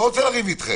לא רוצה לריב איתכם.